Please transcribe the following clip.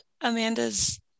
Amanda's